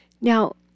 Now